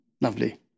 Lovely